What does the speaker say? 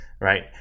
right